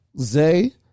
Zay